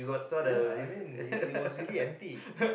yeah I mean it was really empty